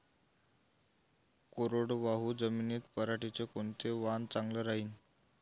कोरडवाहू जमीनीत पऱ्हाटीचं कोनतं वान चांगलं रायीन?